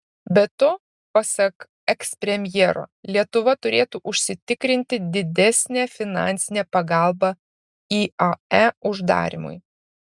be to pasak ekspremjero lietuva turėtų užsitikrinti didesnę finansinę pagalbą iae uždarymui